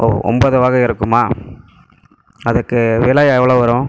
ஓ ஒன்போது வகை இருக்குமா அதுக்கு விலை எவ்வளோ வரும்